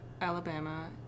Alabama